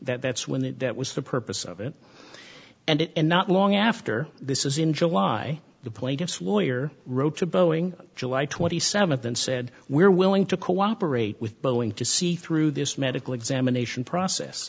leave that's when that was the purpose of it and not long after this is in july the plaintiff's lawyer wrote to boeing july twenty seventh and said we're willing to cooperate with boeing to see through this medical examination process